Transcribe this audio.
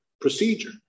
procedure